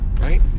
right